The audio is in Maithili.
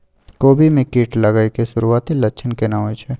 कोबी में कीट लागय के सुरूआती लक्षण केना होय छै